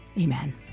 Amen